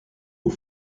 aux